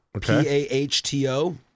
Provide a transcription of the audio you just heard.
P-A-H-T-O